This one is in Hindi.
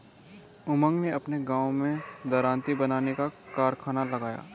उमंग ने अपने गांव में दरांती बनाने का कारखाना लगाया